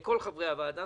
כל חברי הוועדה,